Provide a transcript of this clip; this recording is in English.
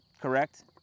Correct